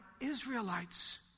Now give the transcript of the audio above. Israelites